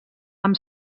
amb